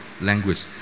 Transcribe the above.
language